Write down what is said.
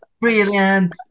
brilliant